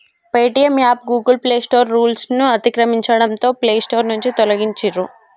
Paytm app Google play store రూల్స్ను అతిక్రమించడంతో play store నుంచి తొలగించిర్రు